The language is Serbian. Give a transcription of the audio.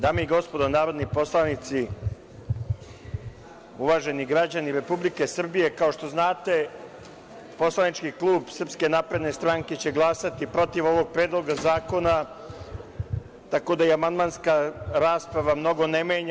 Dame i gospodo narodni poslanici, uvaženi građani Republike Srbije, kao što znate Poslanički klub SNS će glasati protiv ovog Predloga zakona, tako da i amandmanska rasprava mnogo ne menja.